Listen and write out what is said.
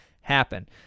happen